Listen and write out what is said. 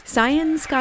Science